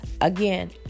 Again